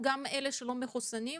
משרד הבריאות